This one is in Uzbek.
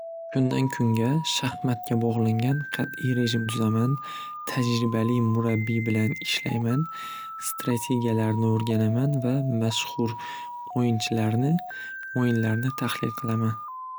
Kundan kunga shaxmatga bog'langan qat'iy rejim tuzaman tajribali murabbiy bilan ishlayman strategiyalarni o'rganaman va mashxur o'yinchilarni o'yinlarini tahlil qilaman.